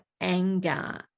anger